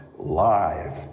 live